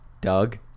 Doug